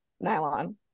nylon